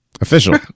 Official